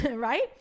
Right